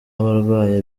abarwaye